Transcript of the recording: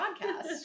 podcast